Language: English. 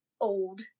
old